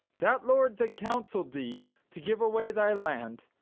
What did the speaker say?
that lord that counsell'd thee to give away thy land,